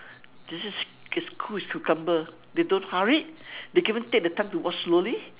this is as cool as cucumber they don't hurry they even take the time to walk slowly